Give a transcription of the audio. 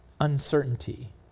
uncertainty